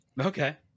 okay